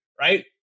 right